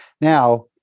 Now